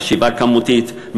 חשיבה כמותית,